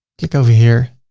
click over here,